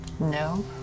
No